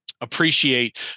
appreciate